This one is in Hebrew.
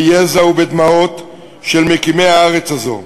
ביזע ובדמעות של מקימי הארץ הזאת,